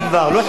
לא חיכיתי.